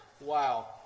wow